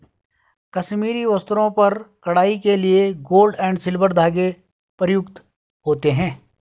कश्मीरी वस्त्रों पर कढ़ाई के लिए गोल्ड और सिल्वर धागे प्रयुक्त होते हैं